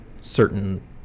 certain